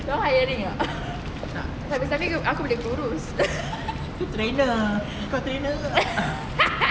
you all hiring or not sambil-sambil aku boleh kurus